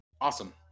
Awesome